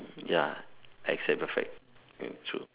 ya I accept the fact hmm true